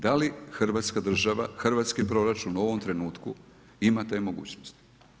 Da li Hrvatska država, hrvatski proračun u ovom trenutku ima te mogućnosti?